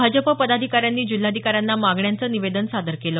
भाजप पदाधिकाऱ्यांनी जिल्हाधिकाऱ्यांना मागण्यांचं निवेदन सादर केलं